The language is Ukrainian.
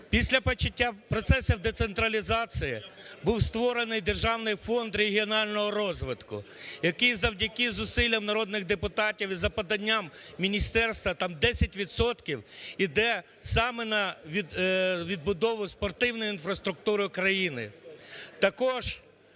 Після початку процесів децентралізації був створений Державний фонд регіонального розвитку, який завдяки зусиллям народних депутатів і за поданням міністерства, там 10 відсотків іде саме на відбудову спортивної інфраструктури країни.